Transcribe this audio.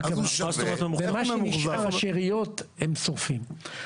מה שנשאר שאריות הם שורפים.